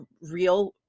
real